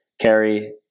Carrie